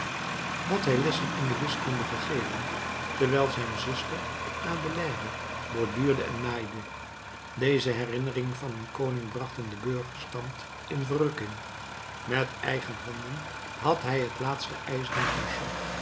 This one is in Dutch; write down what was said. had hij lessen in de wiskunde gegeven terwijl zijn zuster adelaïde borduurde en naaide deze herinneringen van een koning brachten den burgerstand in verrukking met eigen handen had hij het laatste ijzeren